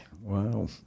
Wow